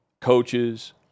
coaches